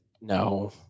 no